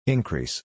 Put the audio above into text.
Increase